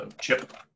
Chip